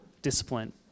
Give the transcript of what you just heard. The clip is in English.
discipline